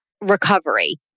recovery